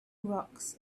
rocks